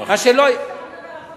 אי-אפשר לדבר על החוק הזה.